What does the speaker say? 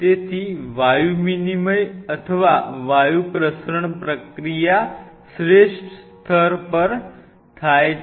તેથી વાયુ વિનિમય અથવા વાયુ પ્રસરણ પ્રક્રિયા શ્રેષ્ઠ સ્તર પર થાય છે